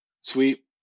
Sweet